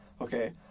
okay